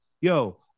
Yo